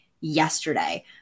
yesterday